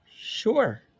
Sure